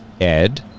Ed